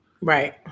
Right